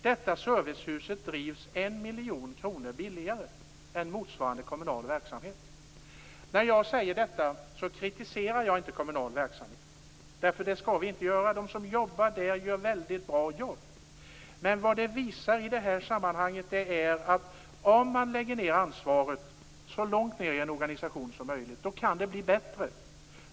Detta servicehus drivs en miljon kronor billigare än motsvarande kommunal verksamhet. När jag säger detta kritiserar jag inte kommunal verksamhet. De som arbetar där gör väldigt bra jobb. Men vad exemplet i detta fall visar är att det kan bli bättre om man lägger ansvaret så långt ned i en organisation som möjligt.